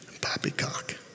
Poppycock